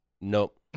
Nope